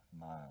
miles